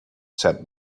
said